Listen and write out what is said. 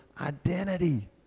identity